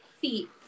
feet